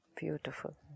Beautiful